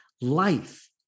life